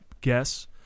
guess